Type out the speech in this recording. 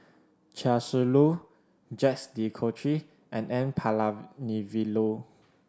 Chia Shi Lu Jacques De Coutre and N Palanivelu